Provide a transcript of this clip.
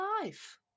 life